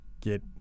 get